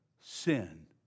sin